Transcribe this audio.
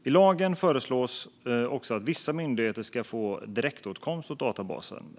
I lagen föreslås också att vissa myndigheter ska få direktåtkomst till databasen.